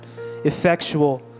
effectual